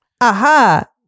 Aha